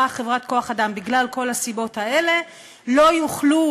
חברת כוח-אדם בגלל כל הסיבות האלה לא יוכלו,